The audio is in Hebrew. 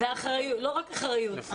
לא רק אחריות.